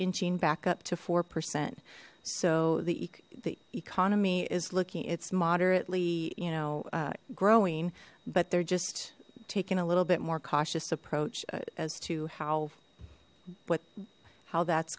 inching back up to four percent so the economy is looking it's moderately you know growing but they're just taking a little bit more cautious approach as to how but how that's